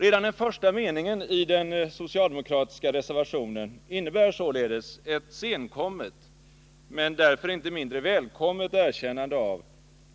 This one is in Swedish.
Redan den första meningen i den socialdemokratiska reservationen innebär ett senkommet men därför inte mindre välkommet erkännande av